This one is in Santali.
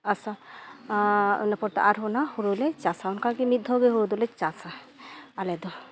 ᱟᱥᱟᱲ ᱤᱱᱟᱹ ᱯᱚᱛᱮ ᱟᱨᱦᱚᱸ ᱱᱟᱦᱟᱸᱜ ᱦᱩᱲᱩ ᱞᱮ ᱪᱟᱥᱟ ᱚᱱᱠᱟ ᱜᱮ ᱢᱤᱫ ᱫᱷᱟᱹᱣ ᱜᱮ ᱦᱩᱲᱩ ᱫᱚᱞᱮ ᱪᱟᱥᱟ ᱟᱞᱮ ᱫᱚ